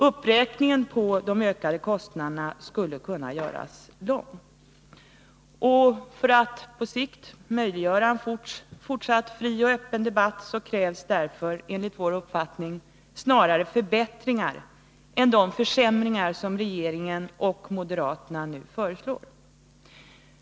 Uppräkningen av de ökade kostnaderna skulle kunna göras lång. För att på sikt möjliggöra en fortsatt fri och öppen debatt krävs därför enligt vår uppfattning snarare förbättringar än de försämringar som regeringen och moderaterna nu föreslår.